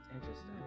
Interesting